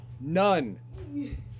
None